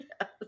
Yes